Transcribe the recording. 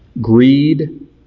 greed